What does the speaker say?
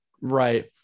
Right